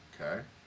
Okay